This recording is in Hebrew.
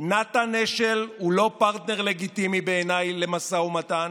נתן אשל הוא לא פרטנר לגיטימי בעיניי למשא ומתן,